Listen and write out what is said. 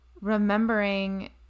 remembering